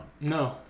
No